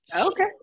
Okay